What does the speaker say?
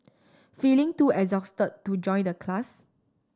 feeling too exhausted to join the class